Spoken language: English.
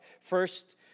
First